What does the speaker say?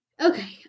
Okay